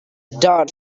dart